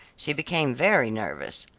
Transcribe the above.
she became very nervous.